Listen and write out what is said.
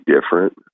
different